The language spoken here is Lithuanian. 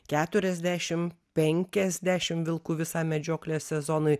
keturiasdešim penkiasdešim vilkų visam medžioklės sezonui